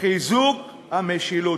חיזוק המשילות.